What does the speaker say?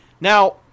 Now